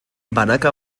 banaka